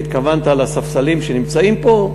והתכוונת לספסלים שנמצאים פה,